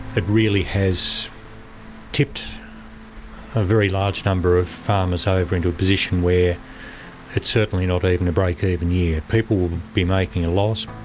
it really has tipped a very large number of farmers ah over into a position where it's certainly not even a breakeven year. people will be making a loss.